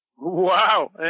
Wow